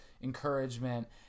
encouragement